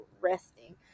resting